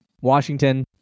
Washington